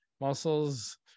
muscles